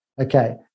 Okay